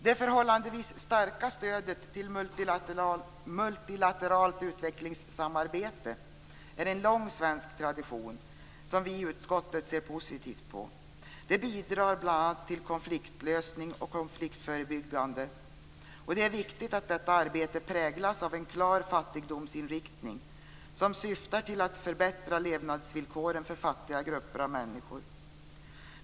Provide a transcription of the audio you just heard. Det förhållandevis starka stödet till multilateralt utvecklingssamarbete är en lång svensk tradition som vi i utskottet ser positivt på. Det bidrar bl.a. till konfliktlösning och konfliktförebyggande, och det är viktigt att detta arbete präglas av en klar fattigdomsinriktning som syftar till att förbättra levnadsvillkoren för fattiga grupper av människor.